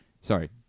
Sorry